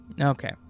Okay